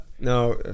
No